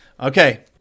Okay